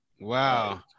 Wow